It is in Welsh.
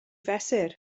fesur